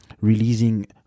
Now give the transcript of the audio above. releasing